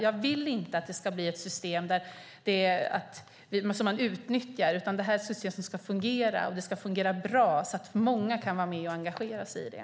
Jag vill inte att det ska bli ett system man utnyttjar, utan detta är ett system som ska fungera. Det ska fungera bra, så att många kan vara med och engagera sig i det.